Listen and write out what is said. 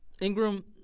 Ingram